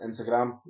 Instagram